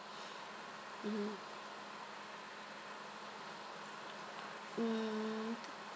mm mm